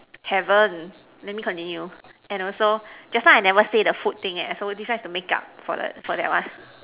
haven't let me continue and also just now I never say the food thing eh so this one is the makeup for that for that one